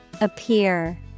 Appear